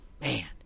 Man